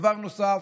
דבר נוסף,